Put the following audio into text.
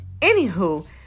anywho